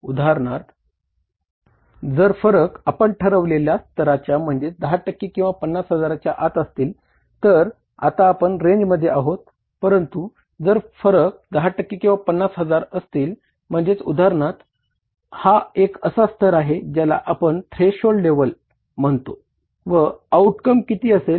उदाहरणार्थ जर फरक आपण ठरविलेल्या स्तराच्या म्हणजेच 10 टक्के किंवा 50000 च्या आत असतील तर आतापण रेंज किती असेल